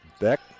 Beck